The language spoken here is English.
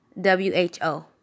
W-H-O